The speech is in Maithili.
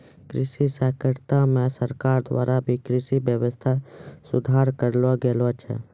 कृषि सहकारिता मे सरकार द्वारा भी कृषि वेवस्था सुधार करलो गेलो छै